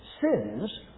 sins